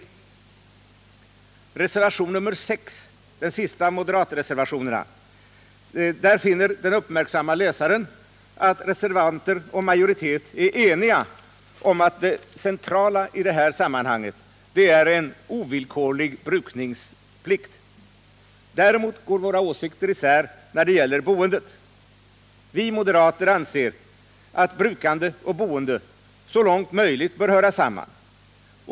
I reservationen 6, den sista moderatmotionen, finner den uppmärksamme läsaren att reservanter och majoritet är eniga om att det centrala i detta sammanhang är en ovillkorlig brukningsplikt. Däremot går våra åsikter isär när det gäller boendet. Vi moderater anser att brukande och boende så långt möjligt bör höra samman.